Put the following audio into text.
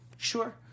Sure